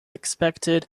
expected